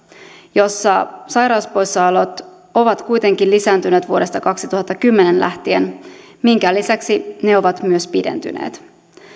jossa sairauspoissaolot ovat ovat kuitenkin lisääntyneet vuodesta kaksituhattakymmenen lähtien minkä lisäksi ne ovat myös pidentyneet